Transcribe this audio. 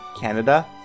Canada